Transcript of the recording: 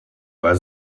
weil